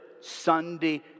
Sunday